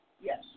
Yes